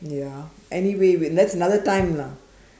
ya anyway wait that's another time lah